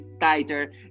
tighter